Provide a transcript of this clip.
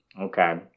Okay